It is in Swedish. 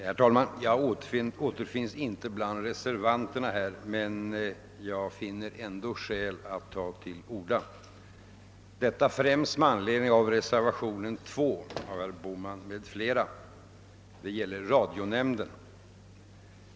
Herr talman! Jag återfinns inte bland reservanterna men finner ändå skäl att ta till orda, detta främst med anledning av reservationen 2 av herr Bohman m.fl. beträffande radionämnden.